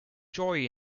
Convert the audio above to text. joy